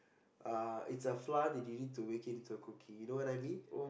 uh it's a flour that you need to make it into a cookie you know what I mean